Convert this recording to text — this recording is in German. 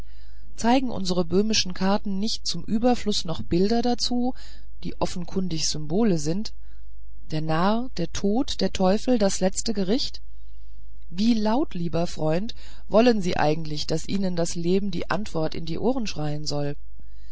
zeigen unsere böhmischen karten nicht zum überfluß noch bilder dazu die offenkundig symbole sind der narr der tod der teufel das letzte gericht wie laut lieber freund wollen sie eigentlich daß ihnen das leben die antworten in die ohren schreien soll